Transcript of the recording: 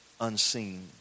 unseen